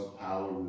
power